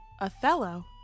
Othello